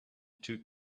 took